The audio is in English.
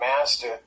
master